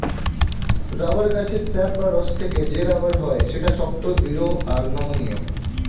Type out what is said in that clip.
rubber গাছের sap বা রস থেকে যে রাবার হয় সেটা শক্ত, দৃঢ় আর নমনীয়